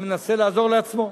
מנסה לעזור לעצמו.